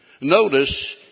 Notice